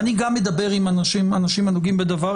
אני גם מדבר עם אנשים הנוגעים בדבר,